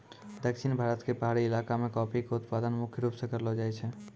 दक्षिण भारत के पहाड़ी इलाका मॅ कॉफी के उत्पादन मुख्य रूप स करलो जाय छै